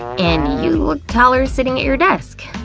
and you looked taller sitting at your desk.